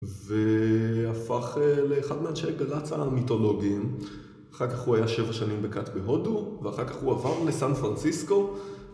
והפך לאחד מאנשי גל"צ המיתולוגיים, אחר כך הוא היה שבע שנים בכת בהודו ואחר כך הוא עבר לסן פרנסיסקו